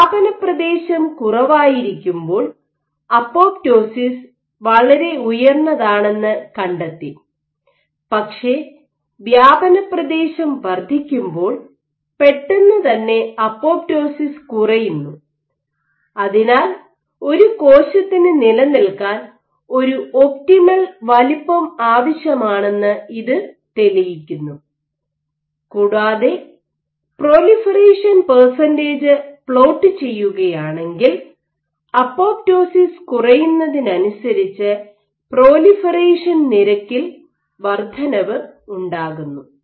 വ്യാപന പ്രദേശം കുറവായിരിക്കുമ്പോൾ അപ്പോപ്ടോസിസ് വളരെ ഉയർന്നതാണെന്ന് കണ്ടെത്തി പക്ഷേ വ്യാപനപ്രദേശം വർദ്ധിക്കുമ്പോൾ പെട്ടെന്നുതന്നെ അപ്പോപ്ടോസിസ് കുറയുന്നു അതിനാൽ ഒരു കോശത്തിന് നിലനിൽക്കാൻ ഒരു ഒപ്റ്റിമൽ വലുപ്പം ആവശ്യമാണെന്ന് ഇത് തെളിയിക്കുന്നു കൂടാതെ പ്രോലിഫറേഷൻ പെർസെന്റജ് പ്ലോട്ട്ചെയ്യുകയാണെങ്കിൽ അപ്പോപ്ടോസിസ് കുറയുന്നതിനനുസരിച്ച് പ്രോലിഫറേഷൻ നിരക്കിൽ വർദ്ധനവ് ഉണ്ടാകുന്നു